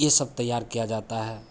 ये सब तैयार किया जाता है